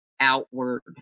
outward